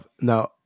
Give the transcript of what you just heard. Now